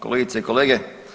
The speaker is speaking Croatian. Kolegice i kolege.